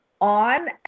on